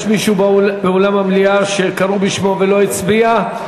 יש מישהו באולם המליאה שקראו בשמו ולא הצביע?